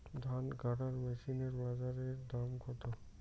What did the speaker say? ধান কাটার মেশিন এর বাজারে দাম কতো?